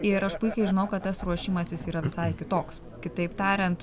ir aš puikiai žinau kad tas ruošimasis yra visai kitoks kitaip tariant